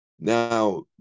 now